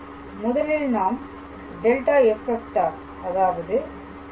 முதலில் நாம் ∇⃗⃗ f அதாவது ∇⃗⃗